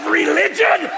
religion